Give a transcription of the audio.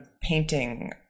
painting